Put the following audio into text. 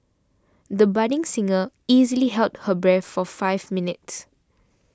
the budding singer easily held her breath for five minutes